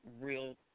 real